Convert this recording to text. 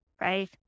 Right